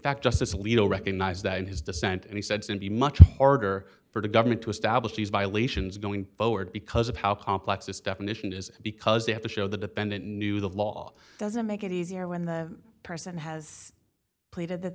fact justice alito recognized that in his dissent and he said to be much harder for the government to establish these violations going forward because of how complex this definition is because they have to show the defendant knew the law doesn't make it easier when the person has pleaded that